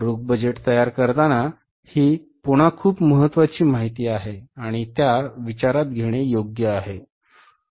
रोख बजेट तयार करताना ही पुन्हा खूप महत्वाची माहिती आहे आणि त्या विचारात घेणे योग्य आहे बरोबर